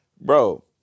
bro